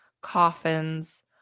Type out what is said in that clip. coffins